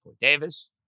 Davis